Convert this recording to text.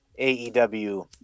aew